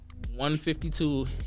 152